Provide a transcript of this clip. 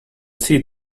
see